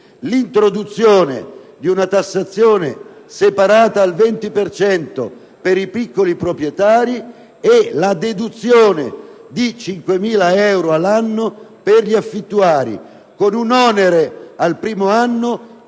l'introduzione di una tassazione separata al 20 per cento per i piccoli proprietari e la deduzione di 5.000 euro l'anno per gli affittuari, con un onere al primo anno